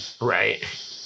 Right